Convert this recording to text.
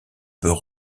peut